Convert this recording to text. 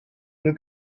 new